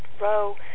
row